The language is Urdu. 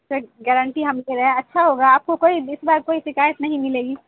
اس کا گارنٹی ہم دے رہے ہیں اچھا ہوگا آپ کو کوئی اس بار کوئی شکایت نہیں ملے گی